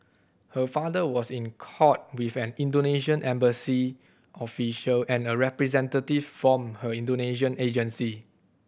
her father was in court with an Indonesian embassy official and a representative from her Indonesian agency